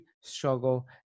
struggle